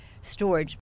storage